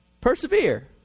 persevere